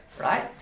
right